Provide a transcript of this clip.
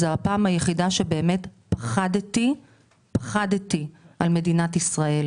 זאת הפעם היחידה שבה באמת פחדתי על מדינת ישראל.